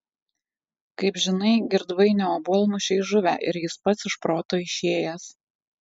kaip žinai girdvainio obuolmušiai žuvę ir jis pats iš proto išėjęs